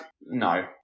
No